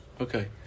Okay